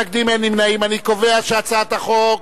להעביר את הצעת חוק